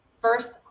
first